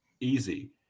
easy